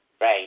Right